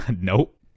Nope